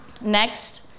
Next